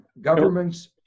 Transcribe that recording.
governments